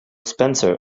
spencer